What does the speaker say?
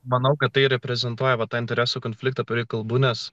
manau kad tai reprezentuoja va tą interesų konfliktą kurį kalbu nes